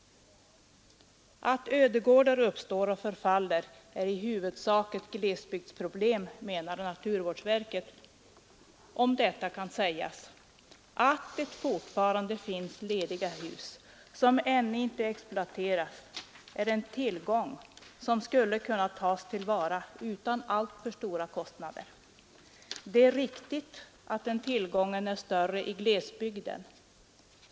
Att gårdar lämnas öde och förfaller är i huvudsak ett glesbygds problem, menar naturvårdsverket. Om detta kan sägas: Att det fortfarande finns lediga hus, som ännu inte exploaterats, är en tillgång, som skulle kunna tas till vara utan alltför stora kostnader. Det är riktigt att den tillgången är större i glesbygden.